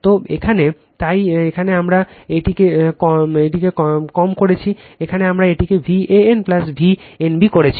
তো এই এখানে তাই এখানে আমরা এটিকে কম করেছি এখানে আমরা এটিকে Van V n b করেছি